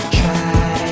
try